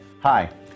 Hi